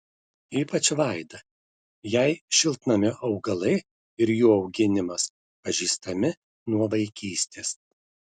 ypač vaida jai šiltnamio augalai ir jų auginimas pažįstami nuo vaikystės